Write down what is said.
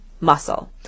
muscle